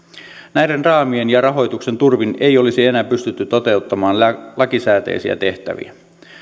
näiden raamien ja rahoituksen turvin ei olisi enää pystytty toteuttamaan lakisääteisiä tehtäviä